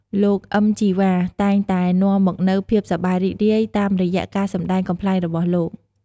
លោក អ៊ឹម ជីវ៉ា តែងតែនាំមកនូវភាពសប្បាយរីករាយតាមរយៈការសម្តែងកំប្លែងរបស់លោក។